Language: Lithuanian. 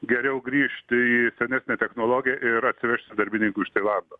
geriau grįžti į senesnę technologiją ir atsivežti darbininkų iš tailando